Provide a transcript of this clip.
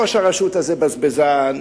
ראש הרשות הזה בזבזן,